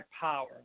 power